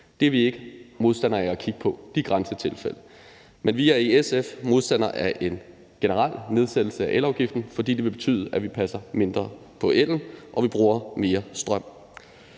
er vi ikke modstandere af at kigge på. Men vi er i SF modstandere af en generel nedsættelse af elafgiften, fordi det vil betyde, at vi passer mindre på ellen og bruger mere strøm.